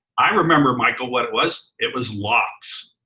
i remember, michael, what it was. it was lox.